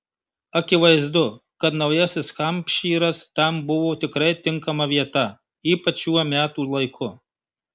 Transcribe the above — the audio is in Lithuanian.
akivaizdu kad naujasis hampšyras tam buvo tikrai tinkama vieta ypač šiuo metų laiku